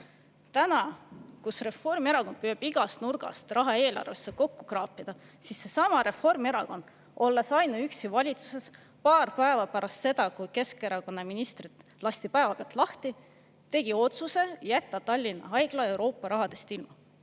Täna Reformierakond püüab igast nurgast raha eelarvesse kokku kraapida, aga seesama Reformierakond, olles üksi valitsuses, paar päeva pärast seda, kui Keskerakonna ministrid lasti päevapealt lahti, tegi otsuse jätta Tallinna Haigla ilma Euroopa rahadest, mis